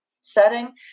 setting